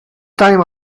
time